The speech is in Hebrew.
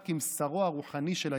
הוא